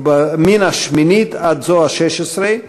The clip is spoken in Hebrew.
מן השמינית עד זו השש-עשרה,